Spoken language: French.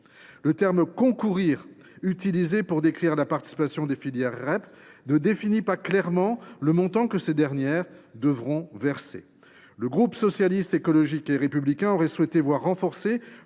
Le terme « concourir », utilisé pour décrire la participation des filières REP, ne définit pas clairement le montant que ces dernières devront verser. Le groupe Socialiste, Écologiste et Républicain aurait souhaité que le soutien